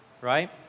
right